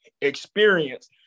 experience